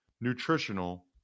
nutritional